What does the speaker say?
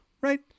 right